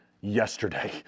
yesterday